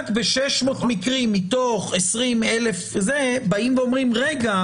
רק ב-600 מקרים מתוך 20,319 באים ואומרים "רגע,